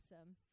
awesome